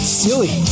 silly